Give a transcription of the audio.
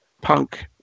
Punk